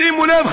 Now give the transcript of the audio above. שימו לב,